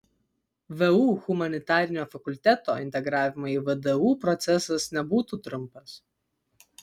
vu humanitarinio fakulteto integravimo į vdu procesas nebūtų trumpas